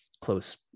close